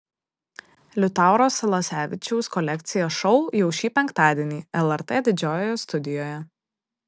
liutauro salasevičiaus kolekcija šou jau šį penktadienį lrt didžiojoje studijoje